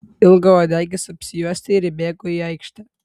ilgauodegis apsiuostė ir įbėgo į aikštę